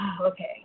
okay